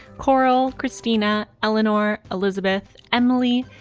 coral, cristina, eleanor, elizabeth, emily,